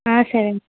సరే